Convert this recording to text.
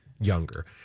Younger